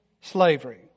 Slavery